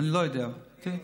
אני לא יודע, אוקיי?